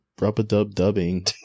rub-a-dub-dubbing